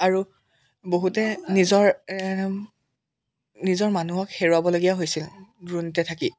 আৰু বহুতে নিজৰ নিজৰ মানুহক হেৰুৱাবলগীয়া হৈছিল দূৰণিতে থাকি